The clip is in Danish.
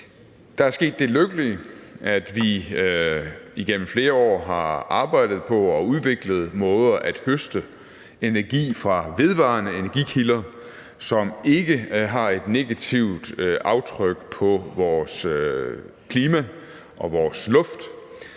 Der er sket det lykkelige, at vi igennem flere år har arbejdet på og udviklet måder at høste energi fra vedvarende energikilder på, som ikke har et negativt aftryk på vores klima og vores